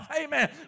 Amen